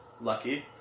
Lucky